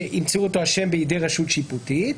שימצאו אותו אשם בידי רשות שיפוטית.